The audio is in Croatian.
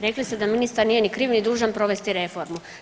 Rekli ste da ministar nije ni kriv, ni dužan provesti reformu.